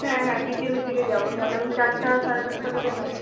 হ্যাঁ হ্যাঁ বিকেলের দিকে যাবো তাহলে আমি চারটে সাড়ে চারটে করে যাবো